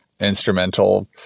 instrumental